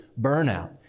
burnout